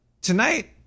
tonight